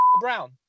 Brown